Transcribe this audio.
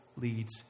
leads